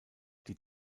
die